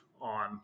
on